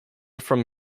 from